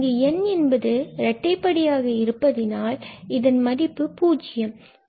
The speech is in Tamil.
இங்கு n இது இரட்டை படியாக இருப்பதினால் இதன் மதிப்பு பூஜ்யம் ஆகிறது